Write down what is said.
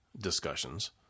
discussions